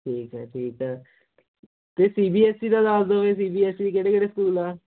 ਠੀਕ ਹੈ ਠੀਕ ਤੇ ਸੀ ਬੀ ਐਸ ਈ ਦਾ ਦੱਸ ਦੋ ਸੀ ਬੀ ਐਸ ਈ ਕਿਹੜੇ ਕਿਹੜੇ ਸਕੂਲ ਆ